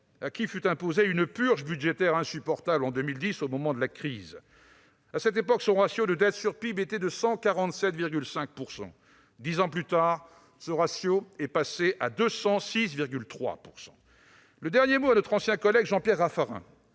à qui fut imposée une purge budgétaire insupportable en 2010, au moment de la crise. À cette époque, son ratio de dette sur PIB était de 147,5 %. Dix ans plus tard, ce ratio est passé à 206,3 %. Le dernier mot reviendra à notre ancien collègue, Jean-Pierre Raffarin.